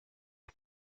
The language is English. are